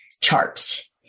charts